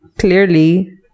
Clearly